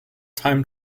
time